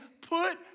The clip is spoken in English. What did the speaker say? put